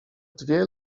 dwie